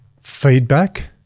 feedback